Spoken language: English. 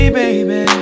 baby